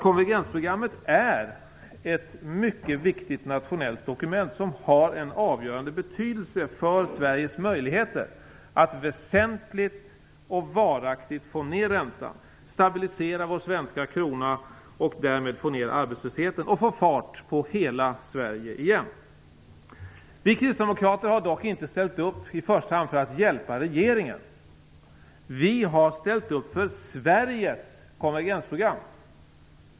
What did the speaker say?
Konvergensprogrammet är ett mycket viktigt nationellt dokument som har en avgörande betydelse för Sveriges möjligheter att väsentligt och varaktigt få ned räntan, stabilisera vår svenska krona och därmed få ned arbetslösheten och få fart på hela Sverige igen. Vi kristdemokrater har dock inte ställt upp för att hjälpa regeringen i första hand. Vi har ställt upp för Sveriges konvergensprogram.